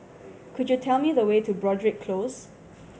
could you tell me the way to Broadrick Close